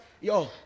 yo